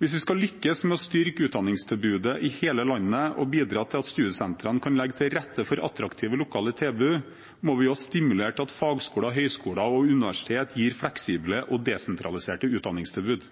Hvis vi skal lykkes med å styrke utdanningstilbudet i hele landet og bidra til at studiesentrene kan legge til rette for attraktive lokale tilbud, må vi også stimulere til at fagskoler, høyskoler og universiteter gir fleksible og desentraliserte utdanningstilbud.